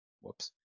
whoops